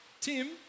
Tim